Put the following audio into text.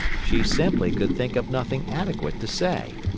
she simply could think of nothing adequate to say.